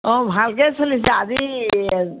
অঁ ভালকৈ চলিছে আজি